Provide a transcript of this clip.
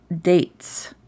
dates